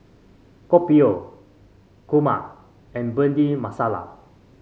Kopi O Kurma and Bhindi Masala